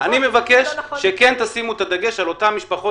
אני מבקש שתשימו את הדגש על אותן משפחות